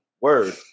Word